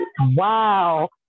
wow